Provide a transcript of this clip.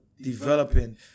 developing